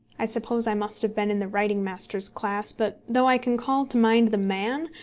i suppose i must have been in the writing master's class, but though i can call to mind the man,